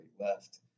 left